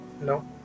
No